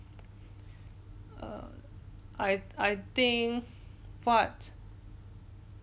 err I I think what